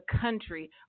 country